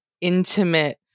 intimate